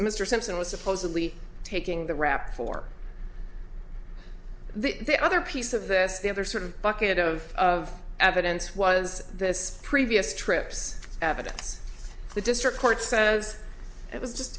mr simpson was supposedly taking the rap for the other piece of this the other sort of bucket of of evidence was this previous trips evidence the district court says it was just